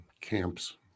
camps